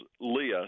Leah